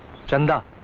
chanda.